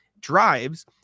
drives